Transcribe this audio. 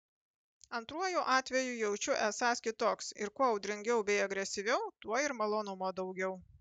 antruoju atveju jaučiu esąs kitoks ir kuo audringiau bei agresyviau tuo ir malonumo daugiau